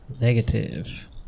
Negative